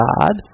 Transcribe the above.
God